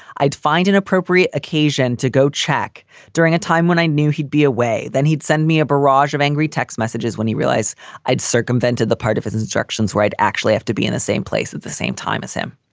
i'd find an appropriate occasion to go check during a time when i knew he'd be away. then he'd send me a barrage of angry text messages when he realized i'd circumvented the part of his instructions where i'd actually have to be in the same place at the same time as him.